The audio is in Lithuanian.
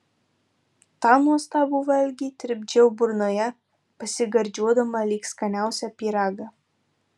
tą nuostabų valgį tirpdžiau burnoje pasigardžiuodama lyg skaniausią pyragą